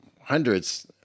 hundreds